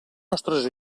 nostres